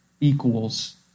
equals